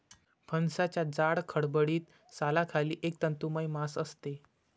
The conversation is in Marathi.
फणसाच्या जाड, खडबडीत सालाखाली एक तंतुमय मांस असते